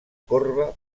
corba